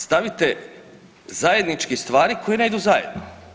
Stavite zajedničke stvari koje ne idu zajedno.